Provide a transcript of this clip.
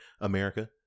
America